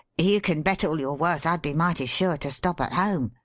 you can bet all you're worth i'd be mighty sure to stop at home.